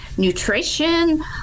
Nutrition